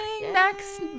next